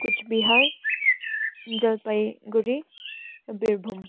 Cooch Behar Jalpaiguri Birbhum